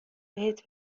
بهت